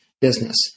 business